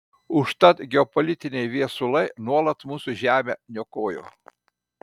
užtat geopolitiniai viesulai nuolat mūsų žemę niokojo